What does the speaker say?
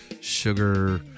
sugar-